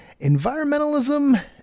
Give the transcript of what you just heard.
Environmentalism